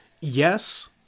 yes